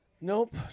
Nope